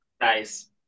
nice